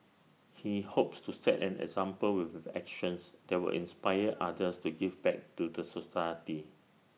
he hopes to set an example with his actions that will inspire others to give back to the society